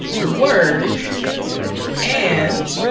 word and